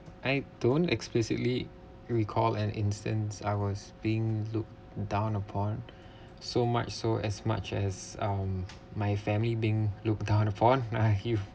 I don't explicitly recall an instance I was being looked down upon so much so as much as um my family being looked down upon ah if